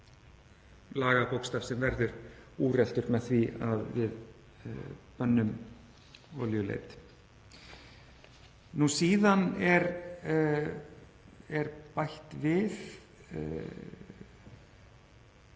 lagabókstaf sem verður úreltur með því að við bönnum olíuleit. Síðan er í